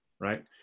right